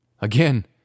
Again